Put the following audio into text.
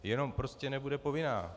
Jenom prostě nebude povinná.